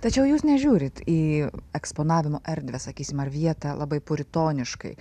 tačiau jūs nežiūrit į eksponavimo erdvę sakysim ar vietą labai puritoniškai